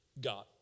God